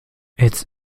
its